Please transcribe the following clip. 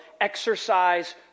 exercise